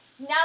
now